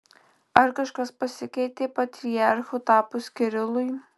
ar kažkas pasikeitė patriarchu tapus kirilui